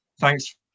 Thanks